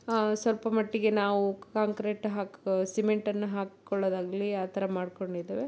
ಸ್ವಲ್ಪ ಮಟ್ಟಿಗೆ ನಾವು ಕಾಂಕ್ರೇಟ್ ಹಾಕೋ ಸಿಮೆಂಟನ್ನು ಹಾಕ್ಕೊಳ್ಳೋದಾಗ್ಲಿ ಆ ಥರ ಮಾಡ್ಕೊಂಡಿದ್ದೇವೆ